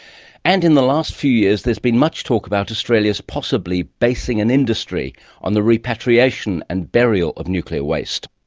and in the last few years, there has been much talk about australia possibly basing an industry on the repatriation and burial of nuclear waste,